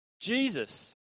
Jesus